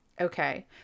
okay